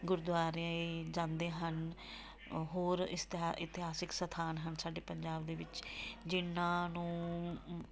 ਗੁਰਦੁਆਰੇ ਜਾਂਦੇ ਹਨ ਹੋਰ ਇਸਦਾ ਇਤਿਹਾਸਿਕ ਸਥਾਨ ਹਨ ਸਾਡੇ ਪੰਜਾਬ ਦੇ ਵਿੱਚ ਜਿਨ੍ਹਾਂ ਨੂੰ